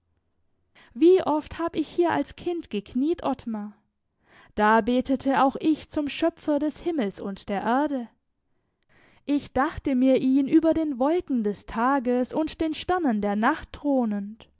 wie oft hab ich hier als kind gekniet ottmar da betete auch ich zum schöpfer des himmels und der erde ich dachte mir ihn über den wolken des tages und den sternen der nacht